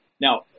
now